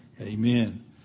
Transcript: amen